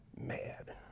mad